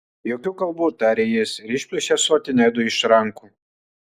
jokių kalbų tarė jis ir išplėšė ąsotį nedui iš rankų